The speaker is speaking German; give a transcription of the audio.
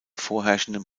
vorherrschenden